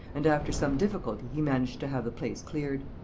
and after some difficulty he managed to have the place cleared.